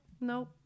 no